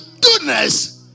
goodness